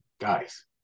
Guys